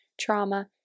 trauma